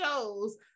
shows